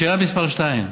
לשאלה מס' 2: